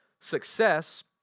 Success